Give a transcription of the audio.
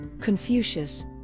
Confucius